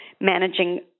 managing